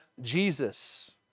Jesus